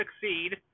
succeed